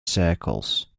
circles